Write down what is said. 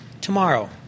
tomorrow